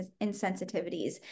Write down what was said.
insensitivities